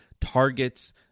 targets